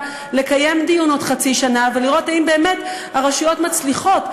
לקיים דיון בעוד חצי שנה ולראות אם באמת הרשויות מצליחות,